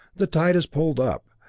the tide is pulled up,